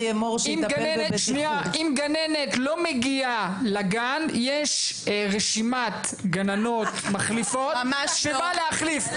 אם גננת לא מגיעה לגן יש רשימת גננות מחליפות שבאה להחליף.